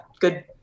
good